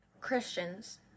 christians